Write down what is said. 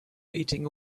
beating